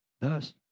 thus